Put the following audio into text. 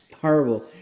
horrible